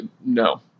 No